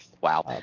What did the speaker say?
Wow